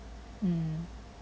mm